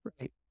Right